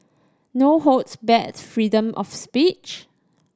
no holds bad's freedom of speech